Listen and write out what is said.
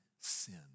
sin